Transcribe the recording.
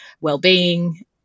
well-being